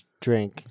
drink